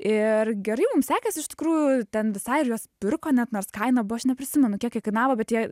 ir gerai mum sekės iš tikrųjų ten visai ir juos pirko net nors kaina buvo aš neprisimenu kiek jie kainavo bet jie